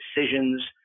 decisions